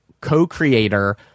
co-creator